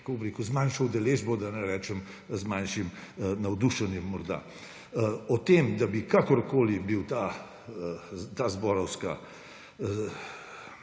– z manjšo udeležbo, da ne rečem, z manjšim navdušenjem morda. O tem, da bi kakorkoli bila ta zborovska